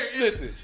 Listen